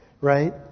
right